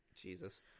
Jesus